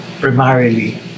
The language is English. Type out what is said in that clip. primarily